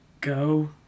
go